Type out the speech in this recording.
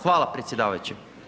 Hvala predsjedavajući.